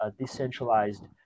decentralized